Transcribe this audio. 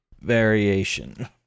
variation